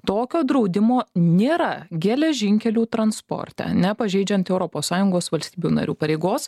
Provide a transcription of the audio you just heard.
tokio draudimo nėra geležinkelių transporte nepažeidžiant europos sąjungos valstybių narių pareigos